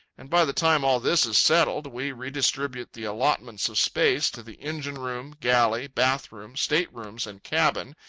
and by the time all this is settled, we redistribute the allotments of space to the engine-room, galley, bath-room, state-rooms, and cabin,